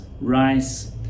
rice